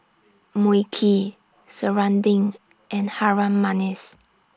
Mui Kee Serunding and Harum Manis